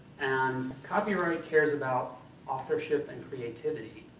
and copyright cares about authorship, and creativity.